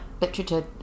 Literature